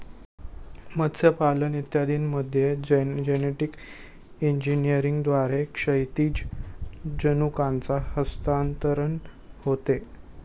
मत्स्यपालन इत्यादींमध्ये जेनेटिक इंजिनिअरिंगद्वारे क्षैतिज जनुकांचे हस्तांतरण होते